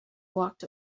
walked